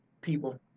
people